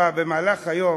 היום, במהלך היום,